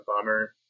bummer